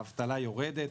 האבטלה יורדת,